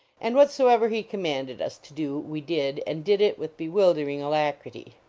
and whatsoever he commanded us to do we did, and did it with bewildering alacrity.